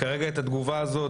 כרגע את התגובה הזאת,